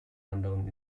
anderen